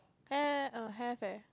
have~ err have eh